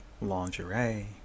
lingerie